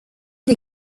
des